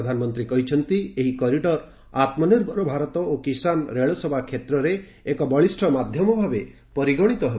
ପ୍ରଧାନମନ୍ତ୍ରୀ କହିଛନ୍ତି ଏହି କରିଡ଼ର ଆତ୍ମନିର୍ଭର ଭାରତ ଓ କିଷାନ ରେଳସେବା କ୍ଷେତ୍ରରେ ଏକ ବଳିଷ୍ଣ ମାଧ୍ୟମ ଭାବେ ପରିଗଣିତ ହେବ